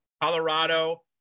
Colorado